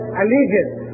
allegiance